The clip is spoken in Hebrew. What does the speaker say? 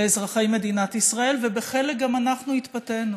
לאזרחי מדינת ישראל, ובחלק מזה גם אנחנו התפתינו: